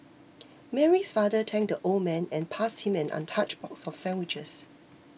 Mary's father thanked the old man and passed him an untouched box of sandwiches